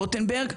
ברוטנברג,